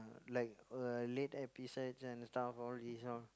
like uh late episodes and stuff all this lor